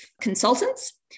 consultants